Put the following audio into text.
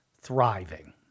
thriving